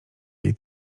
jej